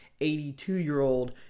82-year-old